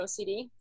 ocd